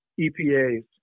EPA's